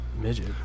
midget